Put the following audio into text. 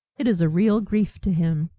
it is a real grief to him.